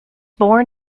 born